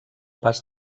pas